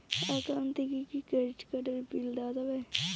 Account থাকি কি credit card এর বিল দেওয়া যাবে?